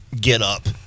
get-up